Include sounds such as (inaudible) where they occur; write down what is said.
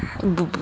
(noise)